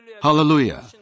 Hallelujah